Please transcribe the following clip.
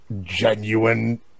genuine